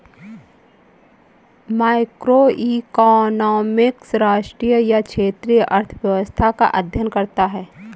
macroeconomics राष्ट्रीय या क्षेत्रीय अर्थव्यवस्था का अध्ययन करता है